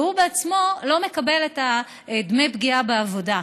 והוא בעצמו לא מקבל את דמי הפגיעה בעבודה.